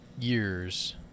years